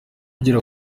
agera